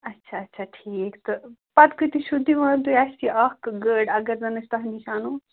اچھا اچھا ٹھیٖک تہٕ پَتہٕ کۭتِس چھُو دِوان تُہۍ اَسہِ اَکھ گٲڑۍ اگر زَن أسۍ تۄہہِ نِش اَنو